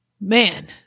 man